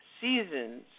seasons